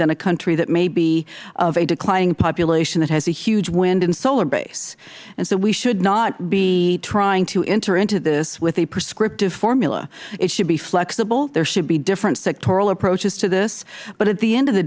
than a country that may be of a declining population that has a huge wind and solar base and so we should not be trying to enter into this with a prescriptive formula it should be flexible there should be different sectoral approaches to this but at the end of the